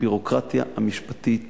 הביורוקרטיה המשפטית